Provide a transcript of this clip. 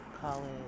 College